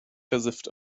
versifft